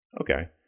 Okay